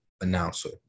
announcer